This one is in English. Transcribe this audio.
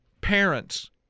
Parents